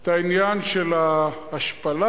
את העניין של ההשפלה.